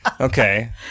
Okay